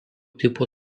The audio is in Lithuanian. tipo